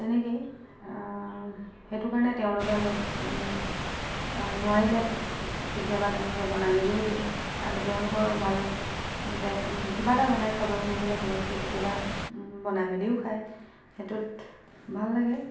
তেনেকেই সেইটোকাৰণেই তেওঁলোকে মোক নোৱাৰিলে কেতিয়াবা তেওঁলোকে বনাই মেলিও দিয়ে আৰু তেওঁলোকৰ ভাল কিবা এটা বনাই খাবলৈ মন গ'লে তেওঁলোকে কেতিয়াবা বনাই মেলিও খাই সেইটোত ভাল লাগে